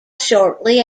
shortly